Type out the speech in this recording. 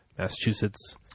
Massachusetts